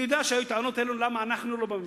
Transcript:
אני יודע שהיו טענות אלינו למה אנחנו לא בממשלה.